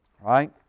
right